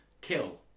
kill